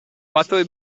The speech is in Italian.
battere